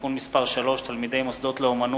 (תיקון מס' 3) (תלמידי מוסדות לאמנות),